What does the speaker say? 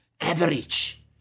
average